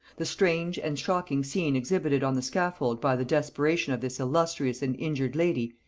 the strange and shocking scene exhibited on the scaffold by the desperation of this illustrious and injured lady,